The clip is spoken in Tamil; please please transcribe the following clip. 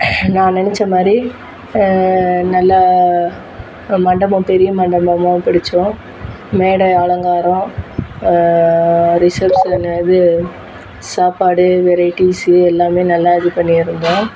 நான் நினச்ச மாதிரி நல்லா மண்டபம் பெரிய மண்டபமாக பிடிச்சோம் மேடை அலங்காரம் ரிஷப்சன் இது சாப்பாடு வெரைடீஸ் எல்லாமே நல்லா இது பண்ணியிருந்தோம்